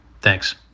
Thanks